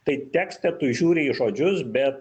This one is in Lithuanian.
tai tekste tu žiūri į žodžius bet